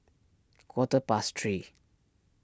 quarter past three